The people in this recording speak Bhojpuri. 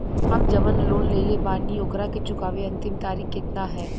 हम जवन लोन लेले बानी ओकरा के चुकावे अंतिम तारीख कितना हैं?